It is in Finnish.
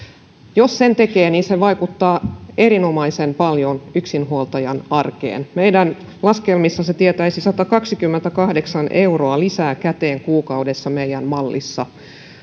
jos sen tekee se vaikuttaa erinomaisen paljon yksinhuoltajan arkeen meidän laskelmissamme se tietäisi satakaksikymmentäkahdeksan euroa lisää käteen kuukaudessa meidän mallissa